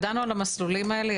ידענו על המסלולים האלה.